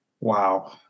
wow